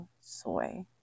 soy